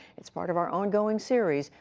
it's part of our ongoing series,